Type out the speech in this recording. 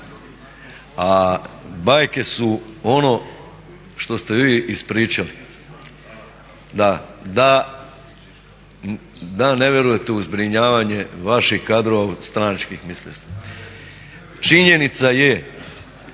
A bajke su ono što ste vi ispričali, da ne vjerujete u zbrinjavanje vaših kadrova, stranačkih mislio sam. Činjenica je